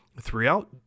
throughout